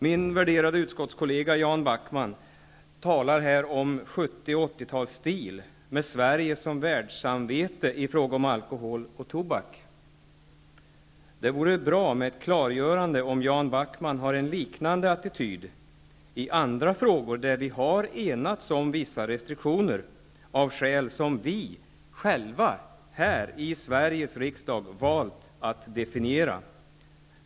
Min värderade utskottskollega Jan Backman talar här om 70 och 80-talsstil, med Sverige som världssamvete i fråga om alkohol och tobak. Det vore bra med ett klargörande, om Jan Backman har en liknande attityd i andra frågor där vi har enats om vissa restriktioner, av skäl som vi själva här i Sveriges riksdag valt att definiera.